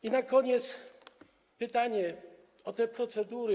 I na koniec pytanie o te procedury.